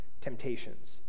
temptations